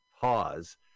pause